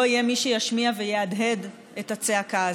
לא יהיה מי שישמיע ויהדהד את הצעקה הזו.